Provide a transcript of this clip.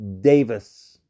Davis